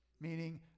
meaning